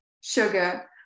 sugar